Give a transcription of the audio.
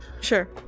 Sure